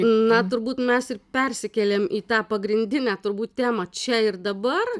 na turbūt mes ir persikėlėm į tą pagrindinę turbūt temą čia ir dabar